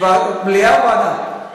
מליאה או ועדה?